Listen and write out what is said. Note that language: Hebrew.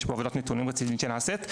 יש פה עבודת נתונים רצינית שנעשית.